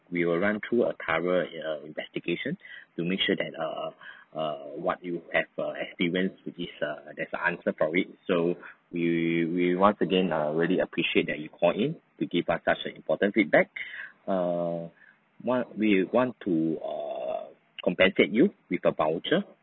we will run through a thorough err investigation to make sure that err err what you have uh experienced which is err that's the answer for it so we we once again err really appreciate that you called in to give us such an important feedback err what we want to err compensate you with a voucher